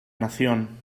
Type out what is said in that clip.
nación